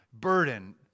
burden